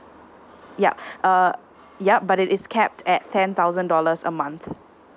yup uh yup but it is capped at ten thousand dollars a month